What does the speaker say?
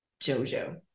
Jojo